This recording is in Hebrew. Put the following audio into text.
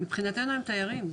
מבחינתנו הם תיירים.